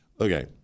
Okay